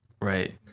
Right